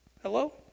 Hello